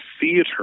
theater